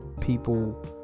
people